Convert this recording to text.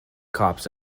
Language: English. cops